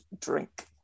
drink